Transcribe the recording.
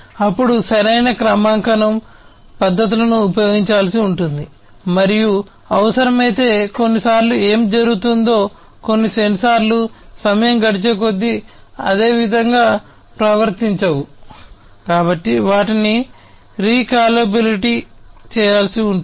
ప్రామాణిక వ్యత్యాసం చేయాల్సి ఉంటుంది